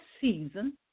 season